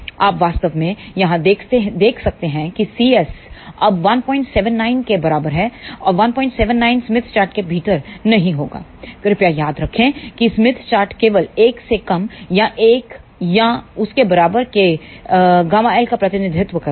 आप वास्तव में यहाँ देख सकते हैं कि cs अब 179 के बराबर है 179 स्मिथ चार्ट के भीतर नहीं होगा कृपया याद रखें कि स्मिथ चार्ट केवल 1से कम यां 1 या उसके बराबर के ΓL का प्रतिनिधित्व करता है